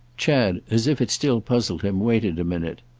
chad, as if it still puzzled him, waited a minute.